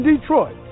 Detroit